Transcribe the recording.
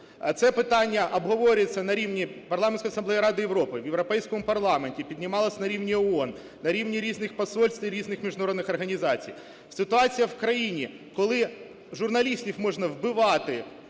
це питання обговорюється на рівні Парламентської Асамблеї Ради Європи, в Європейському парламенті, піднімалось на рівні ООН, на рівні різних посольств і різних міжнародних організацій. Ситуація в країні, коли журналістів можна вбивати,